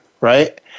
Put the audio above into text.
Right